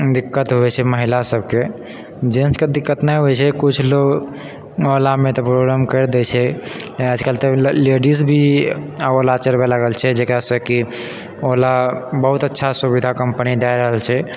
दिक्कत होइ छै महिला सबके जेन्ट्स के दिक्कत नहि होइ छै कुछ लोग ओलामे तऽ प्रॉब्लम कैर दै छै आजकल तऽ लेडिज भी ओला चलबै लागल छै जकरासँ कि ओला बहुत अच्छा सुविधा कम्पनी दए रहल छै